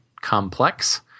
complex